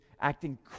acting